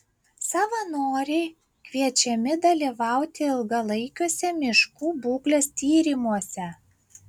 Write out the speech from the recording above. savanoriai kviečiami dalyvauti ilgalaikiuose miškų būklės tyrimuose